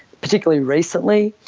particularly recently,